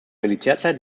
militärzeit